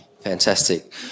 Fantastic